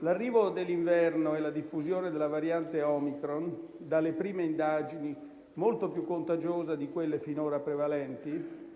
L'arrivo dell'inverno e la diffusione della variante Omicron, dalle prime indagini molto più contagiosa di quelle finora prevalenti,